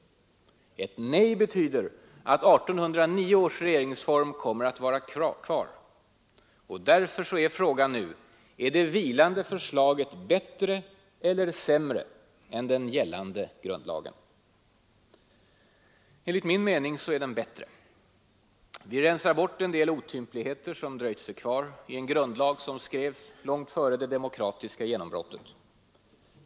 Ett nej betyder att 1809 års regeringsform kommer att vara kvar. Därför är frågan nu: Är det vilande förslaget bättre eller sämre än den gällande grundlagen? Enligt min mening är det bättre. Vi rensar bort en del otympligheter som dröjt sig kvar i en grundlag som skrevs långt före det demokratiska genombrottet.